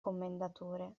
commendatore